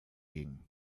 ging